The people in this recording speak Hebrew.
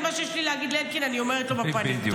מה שיש לי להגיד לאלקין אני אומרת לו בפנים.